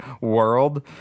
world